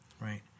Right